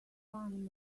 fan